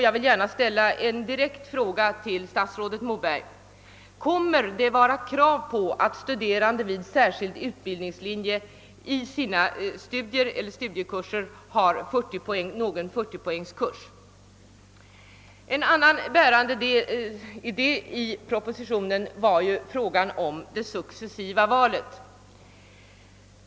Därför vill jag ställa en direkt fråga till statsrådet Moberg: Kommer det att uppställas krav på att studerande vid särskild utbildningslinje i sina studiekurser har någon 40-poängskurs? En annan bärande idé i propositionen är det successiva valet.